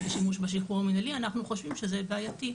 לשימוש בשחרור המנהלי אנחנו חושבים שזה בעייתי.